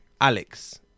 Alex